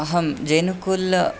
अहं जेनकुल्ल